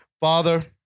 Father